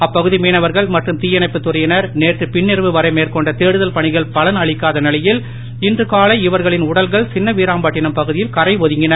அப்பகுதி மீனவர்கள் மற்றும் தியணைப்புத் துறையினர் நேற்று பின்னிரவு வரை மேற்கொண்ட தேடுதல் பணிகள் பலன் அளிக்காத நிலையில் இன்று காலை இவர்களின் உடல்கள் சின்னவீராம்பட்டினம் பகுதியில் கரை ஒதுங்கின